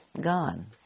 gone